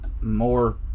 more